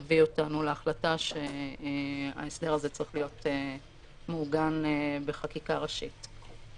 האלה הביא אותנו להחלטה שההסדר הזה צריך להיות מעוגן בחקיקה ראשית.